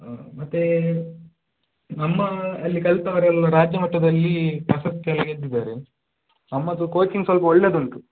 ಹಾಂ ಮತ್ತು ನಮ್ಮ ಅಲ್ಲಿ ಕಲಿತವರೆಲ್ಲ ರಾಜ್ಯ ಮಟ್ಟದಲ್ಲಿ ಪ್ರಶಸ್ತಿ ಎಲ್ಲ ಗೆದ್ದಿದ್ದಾರೆ ನಮ್ಮದು ಕೋಚಿಂಗ್ ಸ್ವಲ್ಪ ಒಳ್ಳೇದು ಉಂಟು